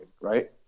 right